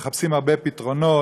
ומחפשים הרבה פתרונות,